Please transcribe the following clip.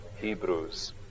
Hebrews